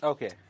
Okay